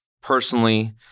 Personally